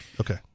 Okay